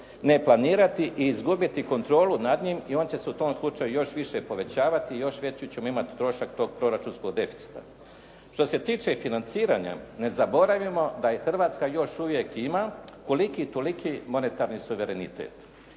ne planirati i izgubiti kontrolu nad njim i on će se u tom slučaju još više povećavati i još veći ćemo imati trošak tog proračunskog deficita. Što se tiče financiranja ne zaboravimo da Hrvatska još uvijek ima koliki toliki monetarni suverenitet